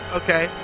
okay